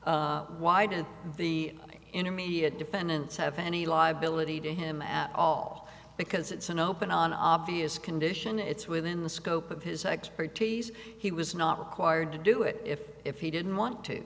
would why did the intermediate defendants have any liability to him at all because it's an open on obvious condition it's within the scope of his expertise he was not required to do it if if he didn't want to